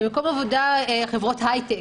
חברות הייטק,